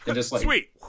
sweet